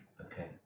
Okay